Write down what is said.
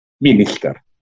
Minister